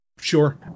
sure